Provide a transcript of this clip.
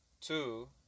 two